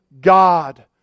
God